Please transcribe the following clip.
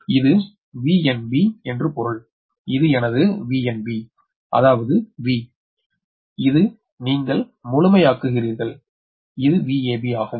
எனவே இது VnBthat பொருள் இது எனது VnB அதாவது V இது நீங்கள் இதை முழுமையாக்குகிறீர்கள் இது VAB ஆகும்